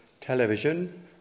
television